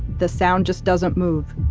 the sound just doesn't move.